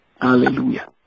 Hallelujah